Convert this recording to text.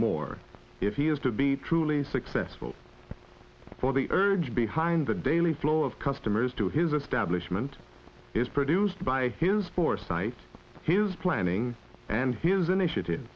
more if he is to be truly successful for the urge behind the daily flow of customers to his establishment is produced by his foresight his planning and his initiative